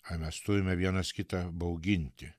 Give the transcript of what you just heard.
ar mes turime vienas kitą bauginti